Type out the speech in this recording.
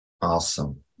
Awesome